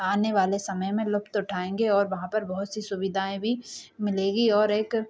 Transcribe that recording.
आने वाले समय में लुफ़्त उठाएँगे और वहाँ पर बहुत सी सुविधाएँ भी मिलेंगी और एक